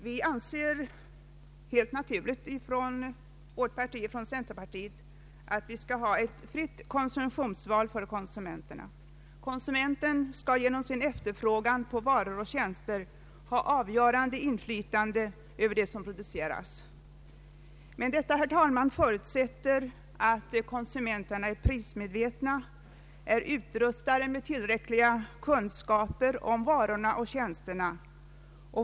Vi från centerpartiet anser att konsumenten helt naturligt skall ha ett fritt konsumtionsval, konsumenten skall genom sin efterfrågan på varor och tjänster ha ett avgörande inflytande över det som produceras. Men detta förutsätter, herr talman, att konsumenterna är prismedvetna, är utrustade med tillräckliga kunskaper om varorna och tjänsterna.